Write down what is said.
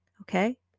okay